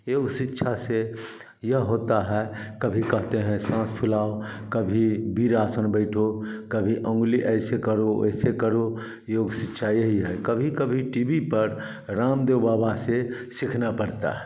योग शिक्षा से यह होता है कभी कहते हैं साँस फुलाओ कभी वीरासन बैठो कभी उंगली ऐसे करो वैसे करो योग शिक्षा यही है कभी कभी टी वी पर रामदेव बाबा से सीखना पड़ता है